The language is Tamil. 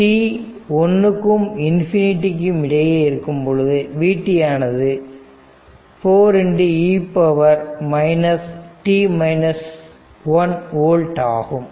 t 1 க்கும் ∞ க்கும் இடையே இருக்கும் பொழுது vt ஆனது 4e ஓல்ட் ஆகும்